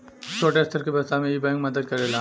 छोट स्तर के व्यवसाय में इ बैंक मदद करेला